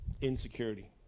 Insecurity